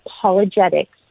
Apologetics